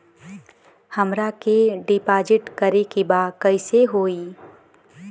हमरा के डिपाजिट करे के बा कईसे होई?